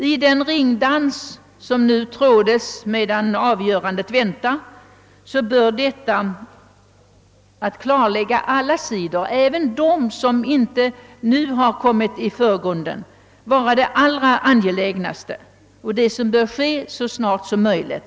I den ringdans som nu trådes medan avgörandet väntar bör ett klarläggande av alla sidor, även dem som inte nu har stått i förgrunden, vara den angelägnaste uppgiften och bör genomföras så snart som möjligt.